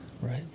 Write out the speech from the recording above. Right